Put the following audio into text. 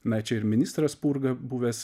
na čia ir ministras spurga buvęs